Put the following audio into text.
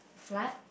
what